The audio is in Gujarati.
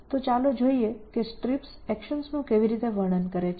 તો ચાલો જોઈએ કે STRIPS એકશન્સનું કેવી રીતે વર્ણન કરે છે